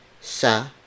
sa